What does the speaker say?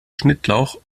schnittlauch